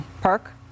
Park